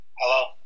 Hello